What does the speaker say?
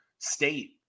state